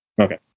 okay